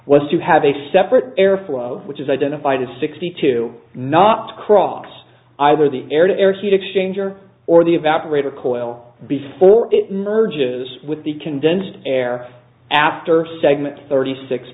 to have a separate airflow which is identified as sixty two not crossed either the air to air heat exchanger or the evaporator coil before it merges with the condensed air after segment thirty six